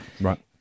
Right